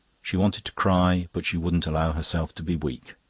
she wanted to cry, but she wouldn't allow herself to be weak.